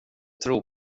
tro